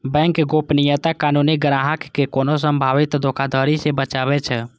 bank गोपनीयता कानून ग्राहक कें कोनो संभावित धोखाधड़ी सं बचाबै छै